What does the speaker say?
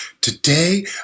Today